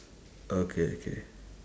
okay okay